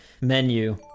menu